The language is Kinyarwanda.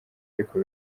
ariko